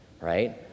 right